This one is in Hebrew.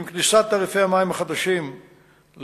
עם כניסת תעריפי המים החדשים לתוקפם,